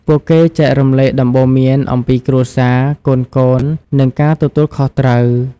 ពួកគេចែករំលែកដំបូន្មានអំពីគ្រួសារ កូនៗ និងការទទួលខុសត្រូវ។